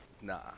nah